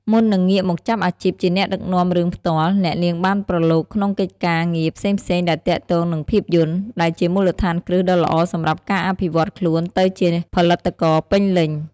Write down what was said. មុននឹងងាកមកចាប់អាជីពជាអ្នកដឹកនាំរឿងផ្ទាល់ អ្នកនាងបានប្រឡូកក្នុងកិច្ចការងារផ្សេងៗដែលទាក់ទងនឹងភាពយន្ត ដែលជាមូលដ្ឋានគ្រឹះដ៏ល្អសម្រាប់ការអភិវឌ្ឍន៍ខ្លួនទៅជាផលិតករពេញលេញ។